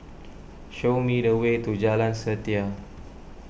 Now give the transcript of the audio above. show me the way to Jalan Setia